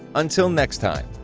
until next time!